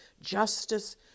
justice